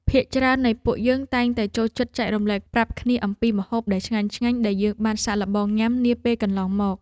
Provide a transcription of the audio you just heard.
ភាគច្រើននៃពួកយើងតែងតែចូលចិត្តចែករំលែកប្រាប់គ្នាអំពីម្ហូបដែលឆ្ងាញ់ៗដែលយើងបានសាកល្បងញ៉ាំនាពេលកន្លងមក។